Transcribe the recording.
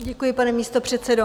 Děkuji, pane místopředsedo.